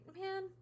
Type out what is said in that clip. man